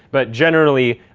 but generally,